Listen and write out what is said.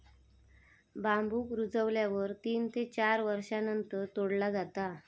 बांबुक रुजल्यावर तीन ते चार वर्षांनंतर तोडला जाता